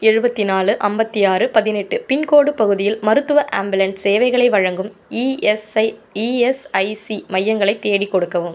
எழுபத்தி நாலு அம்பத்தி ஆறு பதினெட்டு பின்கோடு பகுதியில் மருத்துவ ஆம்புலன்ஸ் சேவைகளை வழங்கும் இஎஸ்ஐ இஎஸ்ஐசி மையங்களை தேடிக் கொடுக்கவும்